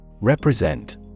Represent